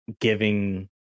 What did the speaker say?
giving